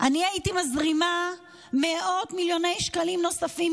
אני הייתי מזרימה מאות מיליוני שקלים נוספים,